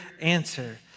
answer